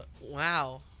Wow